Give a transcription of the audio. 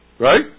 Right